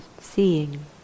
seeing